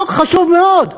חוק חשוב מאוד,